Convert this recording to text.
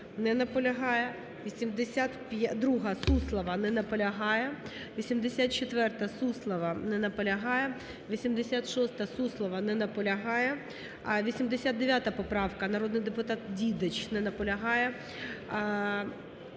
Не наполягає. 82-а, Суслова. Не наполягає. 84-а, Суслова. Не наполягає. 86-а, Суслова. Не наполягає. 89 поправка, народний депутат Дідич. Не наполягає.